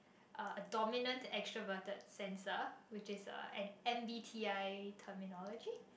a dominant extraverted sensor which is a N_B_T_i terminology